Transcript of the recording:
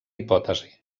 hipòtesi